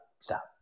Stop